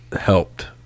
helped